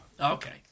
Okay